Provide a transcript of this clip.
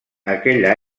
aquell